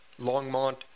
Longmont